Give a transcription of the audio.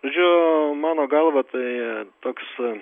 žodžiu mano galva tai toks